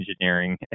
engineering